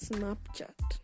Snapchat